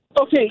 Okay